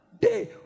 day